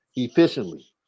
efficiently